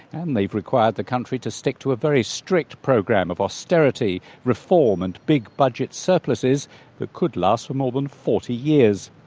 and they've required the country to stick to a very strict program of austerity, reform and big budget surpluses that could last for more than forty years.